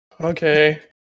Okay